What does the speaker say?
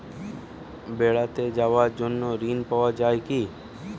বেড়াতে যাওয়ার জন্য ঋণ পাওয়া যায় কি?